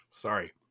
Sorry